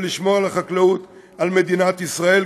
ולשמור על החקלאות של מדינת ישראל,